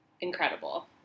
Incredible